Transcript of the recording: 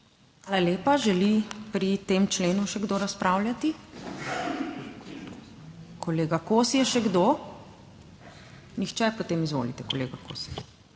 Hvala lepa. Želi pri tem členu še kdo razpravljati? Kolega Kosi. Še kdo? Nihče. Potem, izvolite kolega Kosi.